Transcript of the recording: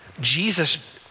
Jesus